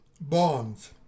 bonds